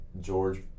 George